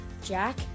Jack